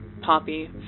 Poppy